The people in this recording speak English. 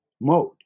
mode